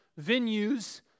venues